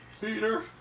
Peter